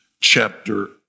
chapter